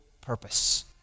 purpose